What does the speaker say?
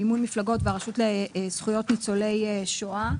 מימון מפלגות והרשות לזכויות ניצולי שואה,